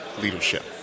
leadership